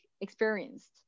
experienced